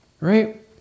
Right